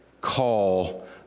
call